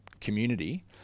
community